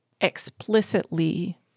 explicitly –